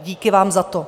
Díky vám za to.